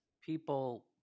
people